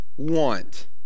Want